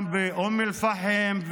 באום אל-פחם,